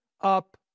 up